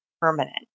permanent